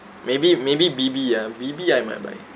maybe maybe B_B ah B_B I might buy